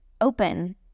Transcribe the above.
open